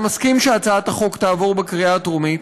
מסכים שהצעת החוק תעבור בקריאה הטרומית,